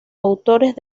autores